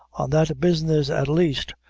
on that business at least,